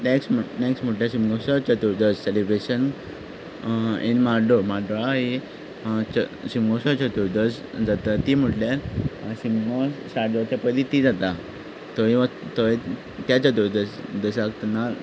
next next म्हणल्यार शिगमोत्सव चतुरदश celebration in Mhardol म्हाड्डोळा ही शिगमोत्सव चतुरदश जाता ती म्हणल्यार शिगमो स्टार्ट जावचे पयलीं ती जाता थंय थंय त्या चतुरदशाक